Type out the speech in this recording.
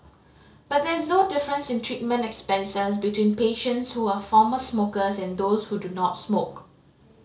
but there is no difference in treatment expenses between patients who are former smokers and those who do not smoke